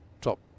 top